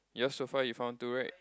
yours so far you found two right